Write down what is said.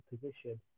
position